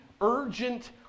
urgent